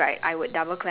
ya